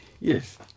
Yes